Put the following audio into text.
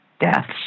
deaths